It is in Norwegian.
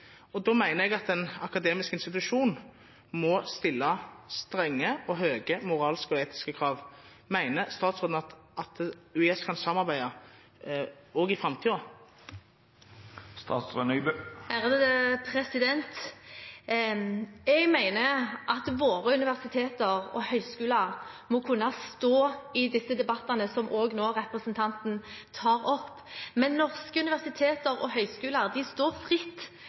Da mener jeg at en akademisk institusjon må stille strenge og høye moralske og etiske krav. Mener statsråden at UiS kan samarbeide også i framtiden? Jeg mener at våre universiteter og høyskoler må kunne stå i disse debattene som representanten nå tar opp. Men norske universiteter og høyskoler står fritt